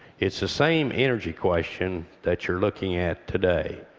it's the same energy question that you're looking at today,